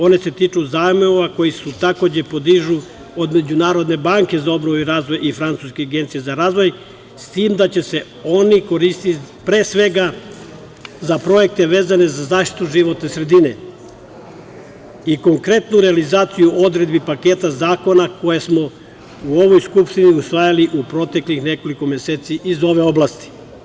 One se tiču zajmova koji se takođe podižu od Međunarodne banke za obnovu i razvoj i Francuske agencije za razvoj, s tim da će se oni koristiti pre svega za projekte vezane za zaštitu životne sredine i konkretnu realizaciju odredbi paketa zakona koje smo u ovoj Skupštini usvajali u proteklih nekoliko meseci iz ove oblasti.